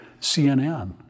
CNN